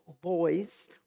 boys